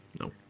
No